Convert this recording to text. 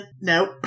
nope